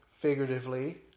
figuratively